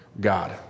God